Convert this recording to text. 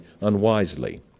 unwisely